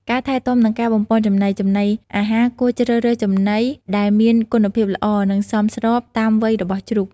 ការថែទាំនិងការបំប៉នចំណី ចំណីអាហារ គួរជ្រើសរើសចំណីដែលមានគុណភាពល្អ និងសមស្របតាមវ័យរបស់ជ្រូក។